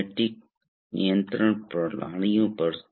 औद्योगिक स्वचालन और नियंत्रण के 27 वे पाठ में आपका स्वागत है